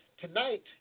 tonight